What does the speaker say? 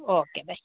okay bye